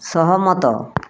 ସହମତ